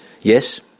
Yes